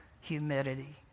humidity